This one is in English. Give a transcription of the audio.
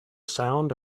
sound